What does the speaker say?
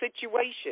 situation